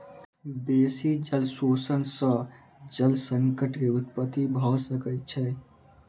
बेसी जल शोषण सॅ जल संकट के उत्पत्ति भ सकै छै